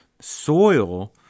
Soil